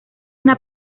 una